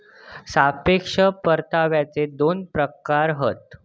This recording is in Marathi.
सापेक्ष परताव्याचे दोन प्रकार हत